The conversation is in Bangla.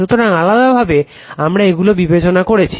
সুতরাং আলাদা ভাবে আমারা এগুলো বিবেচনা করছি